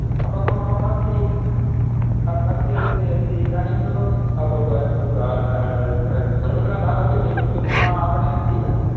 अपक्वम् आम्रम् अस्ति अस्ति अस्ति अस्ति इदानीं तु सर्वत्र न लभ्यते किन्तु मम आपणे अस्ति इदानीं